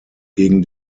gegen